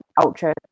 Ultra